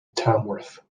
tamworth